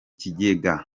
kigega